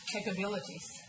capabilities